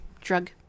Drug